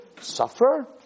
suffer